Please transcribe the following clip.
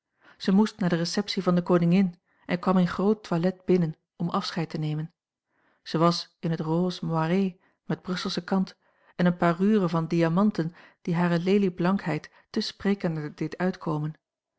zij moest naar de receptie van de koningin en kwam in groot toilet binnen om afscheid te nemen zij was in het rose moirée met brusselsche kant en eene parure van diamanten die hare lelieblankheid te sprekender deed uitkomen